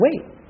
wait